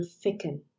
thicken